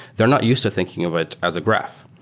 they're not used to thinking of it as a graph.